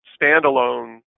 standalone